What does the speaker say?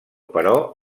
però